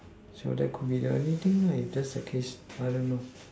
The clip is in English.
so that could be anything lah if that's the case I don't know